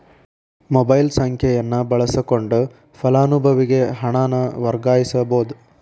mobile ಸಂಖ್ಯೆಯನ್ನ ಬಳಸಕೊಂಡ ಫಲಾನುಭವಿಗೆ ಹಣನ ವರ್ಗಾಯಿಸಬೋದ್